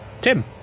Tim